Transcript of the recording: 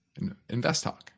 InvestTalk